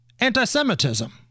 anti-Semitism